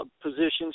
positions